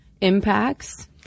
impacts